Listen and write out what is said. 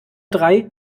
drei